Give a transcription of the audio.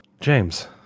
James